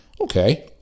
Okay